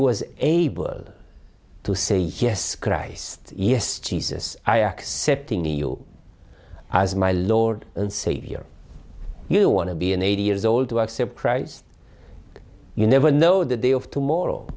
was able to say yes christ yes jesus i accepting you as my lord and savior you want to be an eighty years old who are surprised you never know the day of to morrow